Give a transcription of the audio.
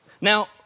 Now